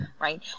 right